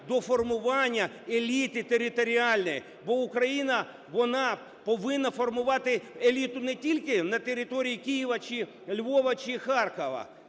до формування еліти територіальної. Бо Україна, вона повинна формувати еліту не тільки на території Києва чи Львова, чи Харкова,